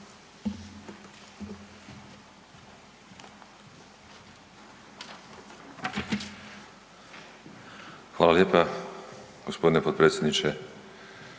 Hvala lijepa g. potpredsjedniče.